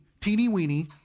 teeny-weeny